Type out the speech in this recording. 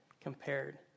compared